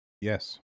Yes